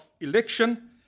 election